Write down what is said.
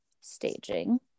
staging